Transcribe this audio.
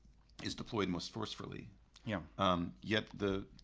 is deployed most forcefully yeah yet the.